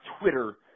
Twitter